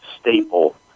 staple